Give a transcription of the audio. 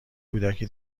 کودکی